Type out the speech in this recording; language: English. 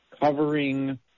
covering